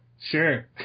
Sure